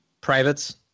Privates